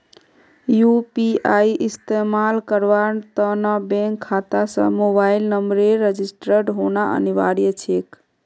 UPI इस्तमाल करवार त न बैंक खाता स मोबाइल नंबरेर रजिस्टर्ड होना अनिवार्य छेक